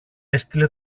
έστειλε